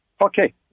Okay